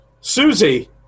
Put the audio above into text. Susie